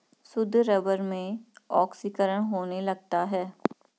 शुद्ध रबर में ऑक्सीकरण होने लगता है